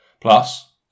Plus